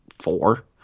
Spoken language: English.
four